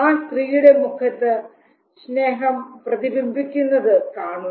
ആ സ്ത്രീയുടെ മുഖത്ത് സ്നേഹം പ്രതിബിംബിക്കുന്നത് കാണൂ